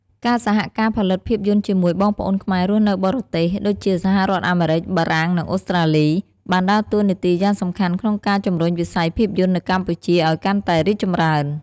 ការសហការផលិតភាពយន្តជាមួយបងប្អូនខ្មែររស់នៅបរទេស ដូចជាសហរដ្ឋអាមេរិក បារាំង និងអូស្ត្រាលី បានដើរតួនាទីយ៉ាងសំខាន់ក្នុងការជំរុញវិស័យភាពយន្តនៅកម្ពុជាឱ្យកាន់តែរីកចម្រើន។